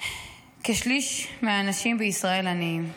כשליש מהאנשים בישראל עניים.